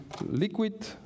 liquid